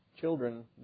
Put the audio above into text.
children